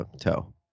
toe